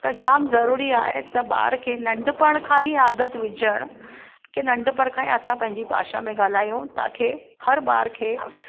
त जामु ज़रूरी आहे त ॿार खे नढपिणु खां ई आदत विझणु की नढपिणु खां ई असां पंहिंजी भाषा में ॻाल्हायूं ताकी हर ॿारु खे